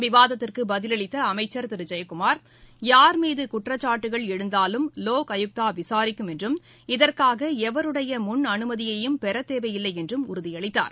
விவாதத்திற்கு பதில் அளித்த அமைச்சர் திரு ஜெயக்குமார் யார் மீது குற்றச்சாட்டுகள் எழுந்தாலும் லோக் ஆயுக்தா விசாரிக்கும் என்றும் இதற்காக எவருடைய முன் அனுமதியையும் பெற தேவையில்லை என்றும் உறுதி அளித்தார்